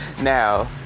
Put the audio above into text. Now